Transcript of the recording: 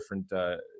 different